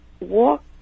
walk